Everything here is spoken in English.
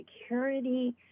security